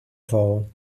vole